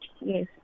yes